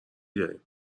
داریم